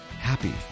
happy